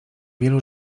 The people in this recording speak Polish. wielu